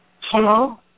Hello